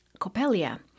Coppelia